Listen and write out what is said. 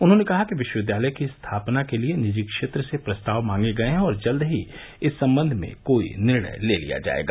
उन्होने कहा कि विश्वविद्यालय की स्थापना के लिये निजी क्षेत्र से प्रस्ताव मांगे गये हैं और जल्द ही इस सम्बन्ध में कोई निर्णय ले लिया जाएगा